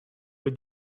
did